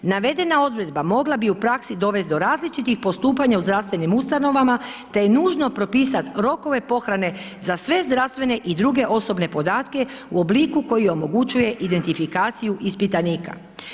Navedena odredba mogla bi u praksi dovesti do različitih postupanja u zdravstvenim ustanovama te je nužno propisat rokove pohrane za sve zdravstvene i druge osobne podatke u obliku koji omogućuje identifikaciju ispitanika.